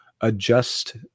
adjust